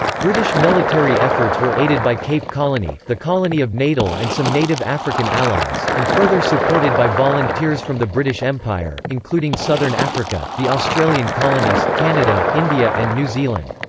british military efforts were aided by cape colony, the colony of natal and some native african allies, and further supported by volunteers from the british empire, including southern africa, the australian colonies, canada, india and new zealand.